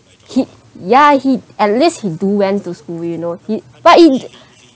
he ya he at least he do went to school you know he but it